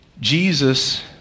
Jesus